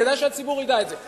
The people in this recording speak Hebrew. כדאי שהציבור ידע את זה.